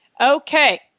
Okay